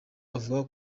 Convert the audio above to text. avuga